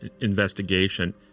investigation